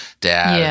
dad